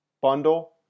bundle